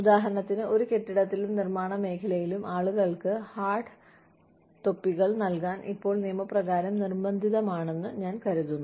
ഉദാഹരണത്തിന് ഒരു കെട്ടിടത്തിലും നിർമ്മാണ മേഖലയിലും ആളുകൾക്ക് ഹാർഡ് തൊപ്പികൾ നൽകാൻ ഇപ്പോൾ നിയമപ്രകാരം നിർബന്ധിതമാണെന്ന് ഞാൻ കരുതുന്നു